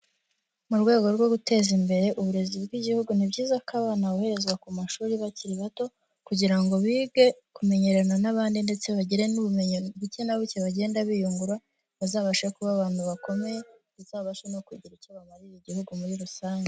Mu rwego rwo guteza imbere uburezi bw'igihugu, ni byiza ko abana boherezwa ku mashuri bakiri bato, kugira ngo bige kumenyerana n'abandi ndetse bagire n'ubumenyi buke na buke bagenda biyungura, bazabashe kuba abantu bakomeye, bazabashe no kugira icyo bamarira igihugu muri rusange.